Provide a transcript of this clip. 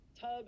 tub